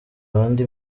bande